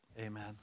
Amen